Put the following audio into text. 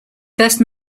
first